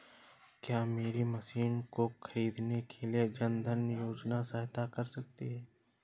क्या मेरी मशीन को ख़रीदने के लिए जन धन योजना सहायता कर सकती है?